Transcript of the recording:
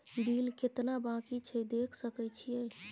Bill केतना बाँकी छै देख सके छियै?